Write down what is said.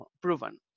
proven